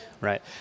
Right